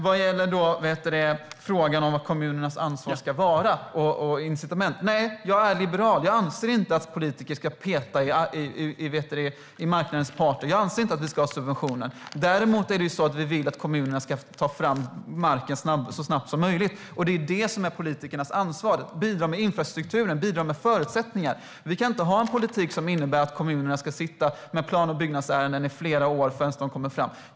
Vad gäller frågan om vad kommunernas ansvar ska vara och om incitament är jag liberal och anser inte att politiker ska peta i marknadens parter. Jag anser inte att det ska vara subventioner. Däremot vill vi att kommunerna ska ta fram mark så snabbt som möjligt. Det som är politikernas ansvar är att bidra med infrastruktur och förutsättningar. Vi kan inte ha en politik som innebär att kommunerna ska sitta i flera år med plan och byggärenden.